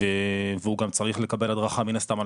והוא גם צריך לקבל הדרכה מן הסתם על